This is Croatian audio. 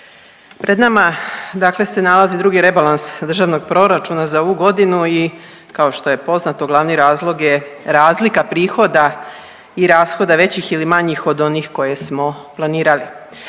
Pred nama dakle se nalazi drugi rebalans Državnog proračuna za ovu godinu i kao što je poznato, glavni razlog je razlika prihoda i rashoda većih ili manjih od onih koje smo planirali.